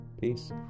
peace